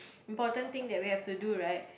important thing that we have to do right